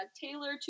Taylor